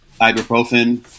ibuprofen